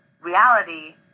reality